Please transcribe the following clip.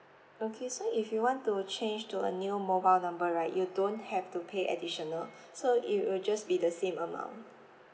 okay so if you want to change to a new mobile number right you don't have to pay additional so it will just be the same amount